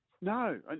No